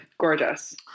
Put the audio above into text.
Gorgeous